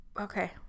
Okay